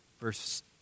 verse